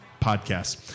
podcasts